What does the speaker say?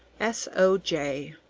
s. o. j.